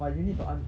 but you need to un~